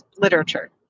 literature